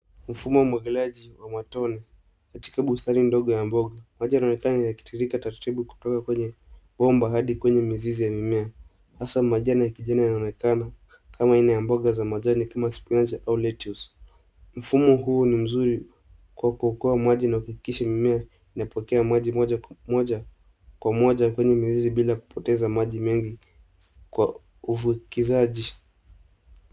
Mfumo wa umwagiliaji wa matone katika bustani ndogo ya mboga. Maji yanaonekana yakitiririka taratibu kutoka kwenye bomba hadi kwenye mizizi ya mmea, hasa majani ya kijani yanaonekana kama aina ya mboga za majani kama spinach au lettuce . Mfumo huu ni mzuri kwa kuokoa maji na kuhakikisha mimea inapokea maji kwenye mizizi bila kupoteza maji mengi kwa uvukizaji.